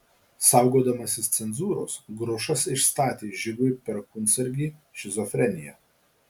saugodamasis cenzūros grušas išstatė žigui perkūnsargį šizofreniją